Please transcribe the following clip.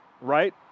right